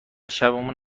شبمون